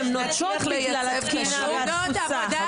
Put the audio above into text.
הן נוטשות בגלל התקינה והתפוסה.